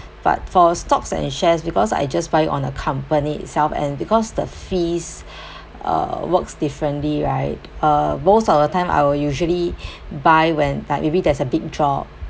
but for stocks and shares because I just buy on a company itself and because the fees uh works differently right uh most of the time I will usually buy when like maybe there's a big drop